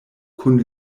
kun